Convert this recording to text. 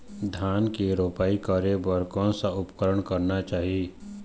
धान के रोपाई करे बर कोन सा उपकरण करना चाही?